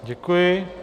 Děkuji.